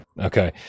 Okay